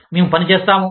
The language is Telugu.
మేము పని చేస్తాము